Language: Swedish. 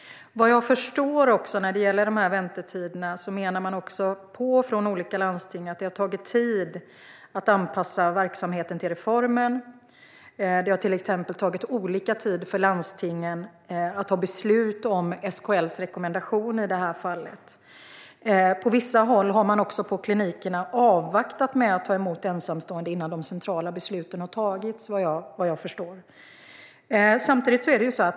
Vad jag förstår när det gäller väntetiderna menar man från olika landsting att det har tagit tid att anpassa verksamheten till reformen. Det har till exempel tagit olika lång tid för landstingen att fatta beslut om SKL:s rekommendation i det här fallet. På vissa håll har man, vad jag förstår, på klinikerna avvaktat med att ta emot ensamstående innan de centrala besluten har fattats.